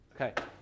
okay